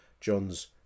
John's